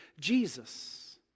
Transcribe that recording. Jesus